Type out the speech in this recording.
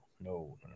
no